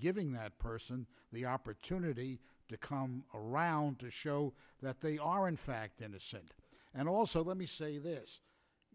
giving that person the opportunity to come around to show that they are in fact innocent and also let me say this